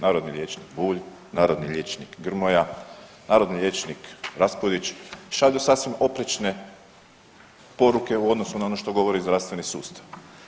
Narodni liječnik Bulj, narodni liječnik Grmoja, narodni liječnik Raspudić šalju sasvim oprečne poruke u odnosu na ono što govori zdravstveni sustav.